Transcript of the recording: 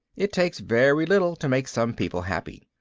it takes very little to make some people happy.